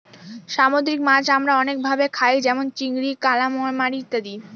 সামুদ্রিক মাছ আমরা অনেক ভাবে খায় যেমন চিংড়ি, কালামারী ইত্যাদি